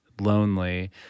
lonely